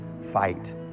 fight